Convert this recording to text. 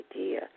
idea